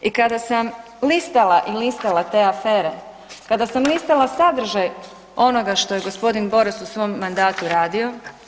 I kada sam listala i listala te afere, kada sam listala sadržaj onoga što je g. Boras u svom mandatu radio,